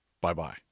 Bye-bye